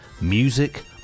music